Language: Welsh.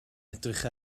edrych